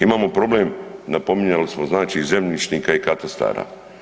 Imamo problem, napominjali smo znači zemljišnika i katastara.